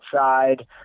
outside